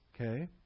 okay